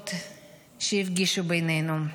ושבעות הפגישו בינינו,